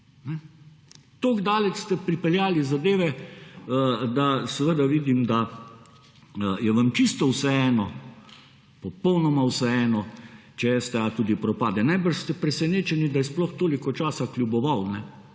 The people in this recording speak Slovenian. Toliko daleč ste pripeljali zadeve, da seveda vidim, da je vam čisto vseeno, popolnoma vseeno če STA tudi propade. Verjetno ste presenečeni, da je sploh toliko časa kljuboval,